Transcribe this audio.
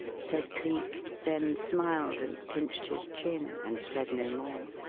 said cleek, then smiled and pinched his chin and said no more.